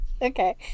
Okay